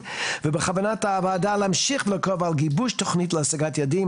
ובכוונת הוועדה להמשיך ולעקוב אחר גיבוש תכנית להשגת היעדים,